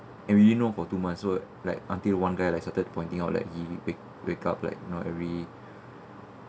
and we didn't know for two months so like until one guy like started pointing out like wake wake up like you know hurry